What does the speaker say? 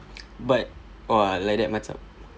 but !wah! like that macam